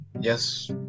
yes